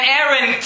Aaron